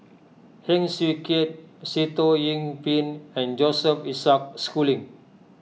Heng Swee Keat Sitoh Yih Pin and Joseph Isaac Schooling